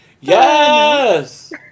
Yes